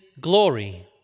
glory